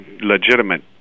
legitimate